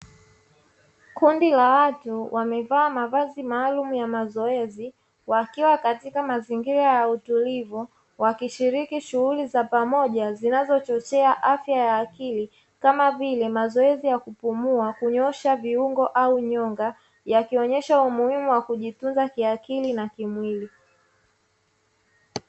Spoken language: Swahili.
Kundi la watu wamevaa mavazi maalumu ya mazoezi wakikiwa katika mazingira ya utulivu, wakishiriki shughuli za pamoja zinazochochea afya ya akili kama vile mazoezi ya kupumua, kunyoosha viungo au nyonga yakionyesha umuhimu wa kujitunza kiakili na kimwili.